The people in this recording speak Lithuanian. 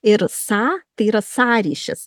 ir sa tai yra sąryšis